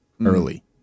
Early